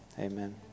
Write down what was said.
amen